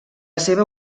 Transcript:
seva